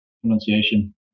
pronunciation